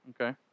Okay